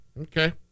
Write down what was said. Okay